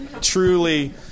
truly